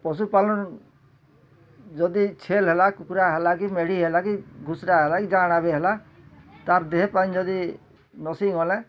ପଶୁୁପାଳନ ଯଦି ଛେଲ୍ ହେଲା କୁକୁରା ହେଲା କି ମେଢ଼ି ହେଲା କି ଘୁସୁରା ହେଲା ଯାଆଁଳା ବି ହେଲା ତାର୍ ଦେହେ ପାଇଁ ଯଦି ନସି ଗଲେ